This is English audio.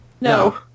No